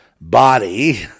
body